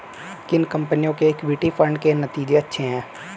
किन कंपनियों के इक्विटी फंड के नतीजे अच्छे हैं?